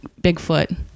bigfoot